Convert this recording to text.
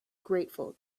grateful